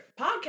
podcast